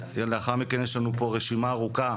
ולאחר מכן יש לנו פה רשימה מאוד ארוכה